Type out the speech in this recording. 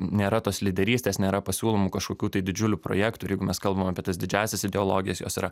nėra tos lyderystės nėra pasiūlomų kažkokių tai didžiulių projektų ir jeigu mes kalbam apie tas didžiąsias ideologijas jos yra